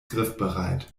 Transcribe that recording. griffbereit